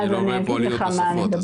וחוץ מזה אני לא רואה פה עלויות נוספות.